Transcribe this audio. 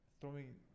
throwing